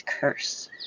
Curse